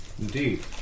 Indeed